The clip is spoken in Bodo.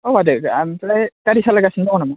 औ आदै ओमफ्राय गारि सालाय गासिनो दङ नामा